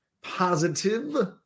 positive